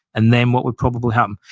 and then what would probably happen?